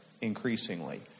Increasingly